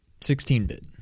16-bit